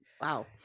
Wow